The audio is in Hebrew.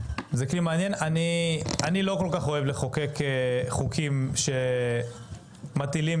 אני לא כל כך אוהב לחוקק חוקים שמטילים